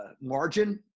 margin